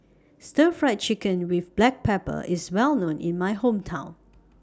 Stir Fried Chicken with Black Pepper IS Well known in My Hometown